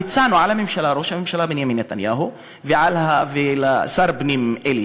הצענו לראש הממשלה בנימין נתניהו ולשר הפנים אלי